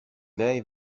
lei